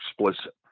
explicit